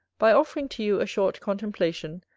by offering to you a short contemplation,